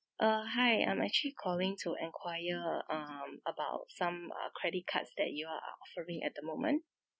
uh hi I'm actually calling to enquire um about some uh credit cards that you're offering at the moment